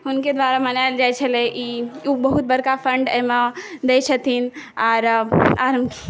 हुनके द्वारा मनाएल जाइ छलै ई ओ बहुत बड़का फण्ड एहिमे दै छथिन आओर आओर